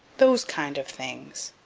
those kind of things.